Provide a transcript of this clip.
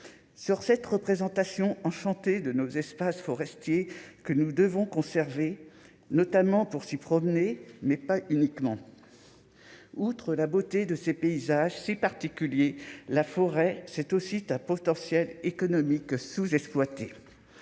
Sur cette représentation enchanté de nos espaces forestiers que nous devons conserver notamment pour s'y promener, mais pas uniquement, outre la beauté de ses paysages si particulier, la forêt, c'est aussi sites à potentiel économique sous-exploité